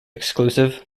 exclusive